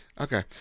Okay